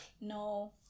No